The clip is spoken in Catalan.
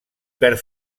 perd